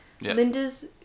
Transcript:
Linda's